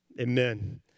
Amen